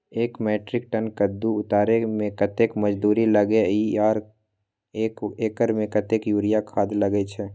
एक metric ton कद्दू उतारे में कतेक मजदूरी लागे इ आर एक एकर में कतेक यूरिया खाद लागे छै?